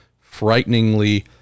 frighteningly